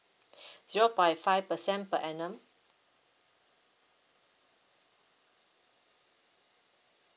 zero point five percent per annum